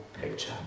picture